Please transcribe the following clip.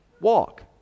walk